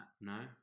No